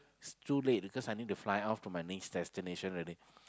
it's too late because I need fly off to my next destination already